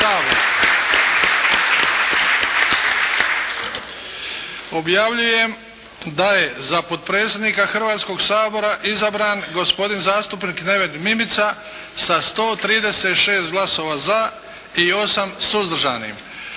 Objavljujem da je za potpredsjednika Hrvatskoga sabora izabran gospodin zastupnik Neven Mimica sa 136 glasova za i 8 suzdržanim.